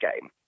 game